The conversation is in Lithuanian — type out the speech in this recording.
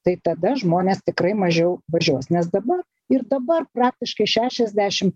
tai tada žmonės tikrai mažiau važiuos nes dabar ir dabar praktiškai šešiasdešim